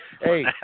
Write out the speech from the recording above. hey